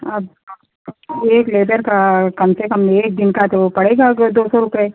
अब एक लेबर का कम से कम एक दिन का तो पड़ेगा दो सौ रुपये